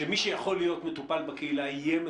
שמי שיכול להיות מטופל בקהילה,